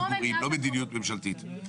לא מדיניות ממשלתית.